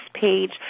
page